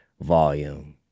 Volume